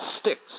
sticks